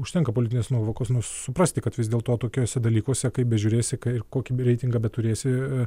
užtenka politinės nuovokos suprasti kad vis dėl to tokiuose dalykuose kaip bežiūrėsi kai ir kokį reitingą beturėsi